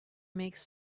makes